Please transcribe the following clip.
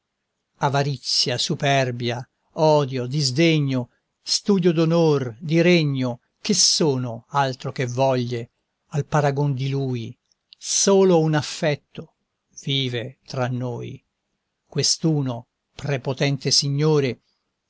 avarizia superbia odio disdegno studio d'onor di regno che sono altro che voglie al paragon di lui solo un affetto vive tra noi quest'uno prepotente signore